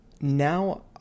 now